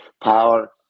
power